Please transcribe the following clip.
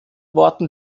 worten